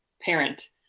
parent